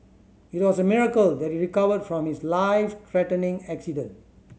it was a miracle that he recovered from his life threatening accident